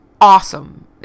awesome